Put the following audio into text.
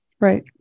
right